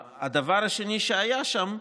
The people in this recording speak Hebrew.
הדבר השני שהיה שם,